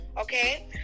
Okay